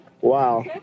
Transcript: Wow